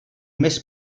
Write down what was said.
més